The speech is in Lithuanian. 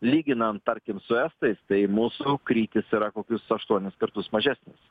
lyginant tarkim su estais tai mūsų krytis yra kokius aštuonis kartus mažesnis